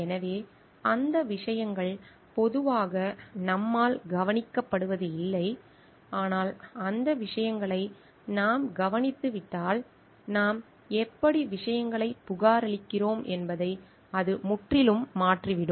எனவே அந்த விஷயங்கள் பொதுவாக நம்மால் கவனிக்கப்படுவதில்லை ஆனால் அந்த விஷயங்களை நாம் கவனித்துக் கொண்டால் நாம் எப்படி விஷயங்களைப் புகாரளிக்கிறோம் என்பதை அது முற்றிலும் மாற்றிவிடும்